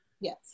Yes